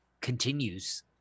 continues